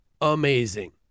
amazing